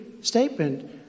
statement